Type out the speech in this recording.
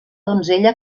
donzella